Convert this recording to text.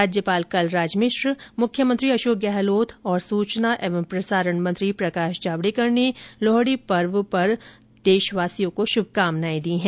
राज्यपाल कलराज मिश्र मुख्यमंत्री अशोक गहलोत और सुचना और प्रसारण मंत्री प्रकाश जावडेकर ने लोहड़ी पर्व पर प्रदेशवासियों को शुभकामनाएं दी है